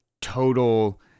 total